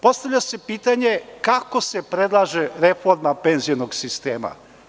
Postavlja se pitanje – kako se predlaže reforma penzionog sistema?